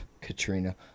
Katrina